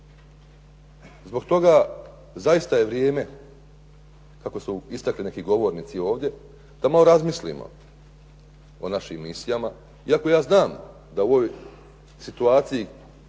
Zbog toga, zaista je vrijeme kako su istakli neki govornici ovdje da malo razmislimo o našim misijama. Iako ja znam da u ovoj situaciji